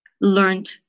learned